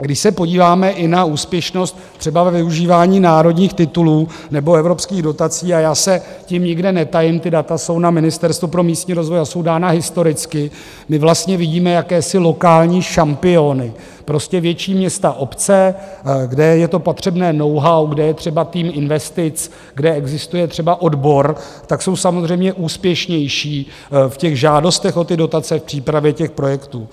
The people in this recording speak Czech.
Když se podíváme i na úspěšnost třeba ve využívání národních titulů nebo evropských dotací a já se tím nikde netajím, ta data jsou na Ministerstvu pro místní rozvoj a jsou dána historicky my vlastně vidíme jakési lokální šampiony, prostě větší města, obce, kde je to potřebné knowhow, kde je třeba tým investic, kde existuje třeba odbor, tak jsou samozřejmě úspěšnější v těch žádostech o ty dotace, v přípravě těch projektů.